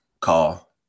call